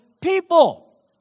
people